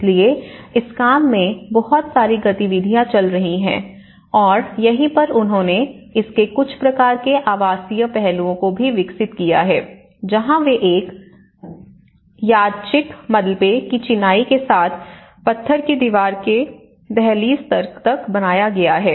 इसलिए इस काम में बहुत सारी गतिविधियां चल रही हैं और यहीं पर उन्होंने इसके कुछ प्रकार के आवासीय पहलुओं को भी विकसित किया है जहाँ वे एक यादृच्छिक मलबे की चिनाई के साथ पत्थर की दीवार के दहलीज स्तर तक बनाया गया है